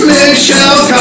Michelle